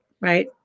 right